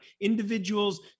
Individuals